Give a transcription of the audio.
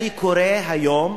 אני קורא היום,